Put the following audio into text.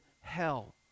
hell